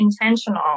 intentional